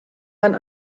ein